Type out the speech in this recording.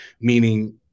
meaning –